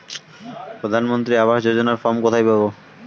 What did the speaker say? প্রধান মন্ত্রী আবাস যোজনার ফর্ম কোথায় পাব?